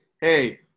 Hey